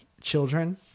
Children